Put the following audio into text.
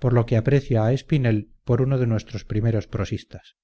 por lo que aprecia a espinel por uno de nuestros primeros prosistas